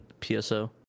pso